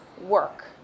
work